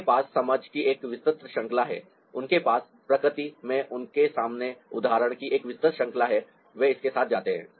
उनके पास समझ की एक विस्तृत श्रृंखला है उनके पास प्रकृति में उनके सामने उदाहरण की एक विस्तृत श्रृंखला है और वे इसके साथ जाते हैं